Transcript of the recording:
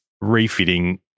refitting